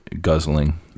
guzzling